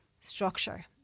structure